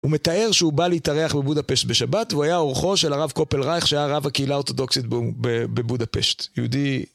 הוא מתאר שהוא בא להתארח בבודפשט בשבת, והוא היה אורחו של הרב קופל רייך שהיה הרב הקהילה האורתודוקסית בבודפשט. יהודי...